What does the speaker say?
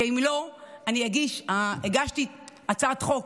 כי אם לא, אני הגשתי הצעת חוק